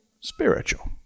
spiritual